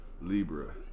Libra